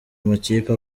makipe